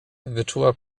wyczuła